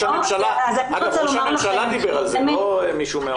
אגב, ראש הממשלה דיבר על זה, לא מישהו מהרחוב.